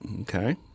Okay